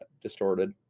distorted